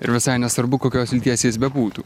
ir visai nesvarbu kokios lyties jis bebūtų